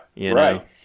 Right